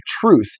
truth